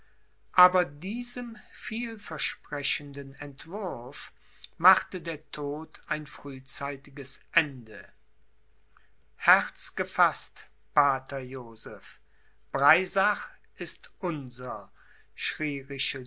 aber diesem vielversprechenden entwurf machte der tod ein frühzeitiges ende herz gefaßt pater joseph breisach ist unser